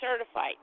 certified